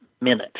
minute